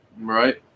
Right